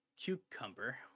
Cucumber